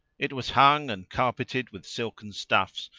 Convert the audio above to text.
it was hung and carpeted with silken stuffs,